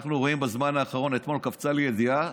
אנחנו רואים בזמן האחרון, אתמול קפצה לי ידיעה